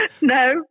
No